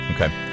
Okay